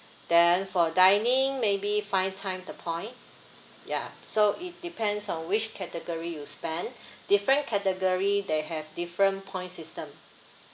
then for dining maybe five time the point yeah so it depends on which category you spend different category they have different point system